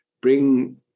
bring